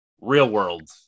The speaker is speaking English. real-world